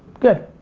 good.